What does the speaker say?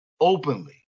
openly